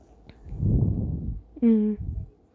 mm